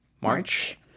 March